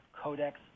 Codex